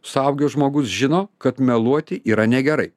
suaugęs žmogus žino kad meluoti yra negerai